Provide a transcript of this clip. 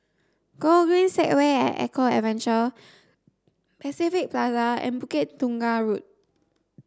Gogreen Segway at Eco Adventure Pacific Plaza and Bukit Tunggal Road